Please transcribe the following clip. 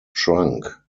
trunk